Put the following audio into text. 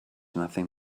nothing